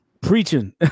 preaching